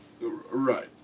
Right